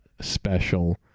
special